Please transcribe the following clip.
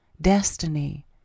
destiny